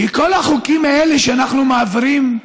כי כל החוקים האלה שאנחנו מעבירים,